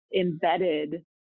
embedded